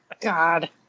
god